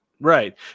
Right